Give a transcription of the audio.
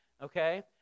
okay